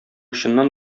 чыннан